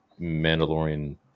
Mandalorian